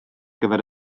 gyfer